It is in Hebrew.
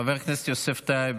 חבר הכנסת יוסף טייב,